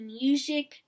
music